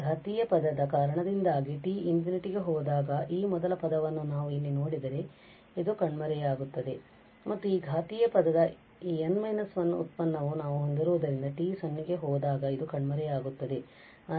ಈ ಘಾತೀಯ ಪದದ ಕಾರಣದಿಂದಾಗಿ t ∞ ಹೋದಾಗ ಈ ಮೊದಲ ಪದವನ್ನು ನಾವು ಇಲ್ಲಿ ನೋಡಿದರೆ ಇದು ಕಣ್ಮರೆಯಾಗುತ್ತದೆ ಮತ್ತು ಈ ಘಾತೀಯ ಪದದ ಈ n − 1 ವ್ಯುತ್ಪನ್ನವನ್ನು ನಾವು ಹೊಂದಿರುವುದರಿಂದ t 0 ಗೆ ಹೋದಾಗ ಇದು ಕಣ್ಮರೆಯಾಗುತ್ತದೆ